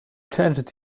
changed